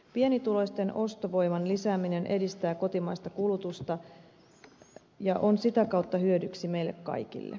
pienituloisten ostovoiman lisääminen edistää kotimaista kulutusta ja on sitä kautta hyödyksi meille kaikille